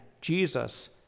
Jesus